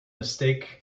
mistake